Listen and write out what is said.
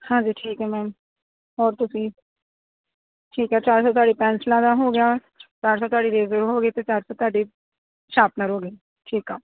ਹਾਂਜੀ ਠੀਕ ਹੈ ਮੈਮ ਹੋਰ ਤੁਸੀਂ ਠੀਕ ਹੈ ਚਾਰ ਸੌ ਤੁਹਾਡੇ ਪੈਨਸਲਾਂ ਦਾ ਹੋਗਿਆ ਚਾਰ ਸੌ ਤੁਹਾਡੇ ਰੇਜਰ ਹੋ ਗਏ ਅਤੇ ਚਾਰ ਸੌ ਤੁਹਾਡੇ ਸ਼ਾਪਨਰ ਹੋ ਗਏ ਠੀਕ ਆ